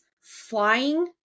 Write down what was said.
flying